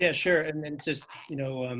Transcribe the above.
yeah sure. and and just, you know,